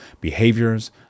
behaviors